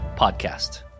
podcast